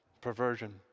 perversion